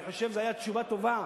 אני חושב שזאת היתה תשובה טובה